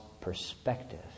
perspective